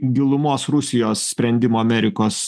gilumos rusijos sprendimo amerikos